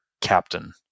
captain